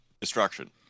Destruction